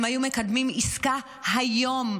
הם היו מקדמים עסקה היום.